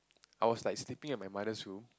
I was like sleeping at my mother's room